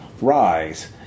rise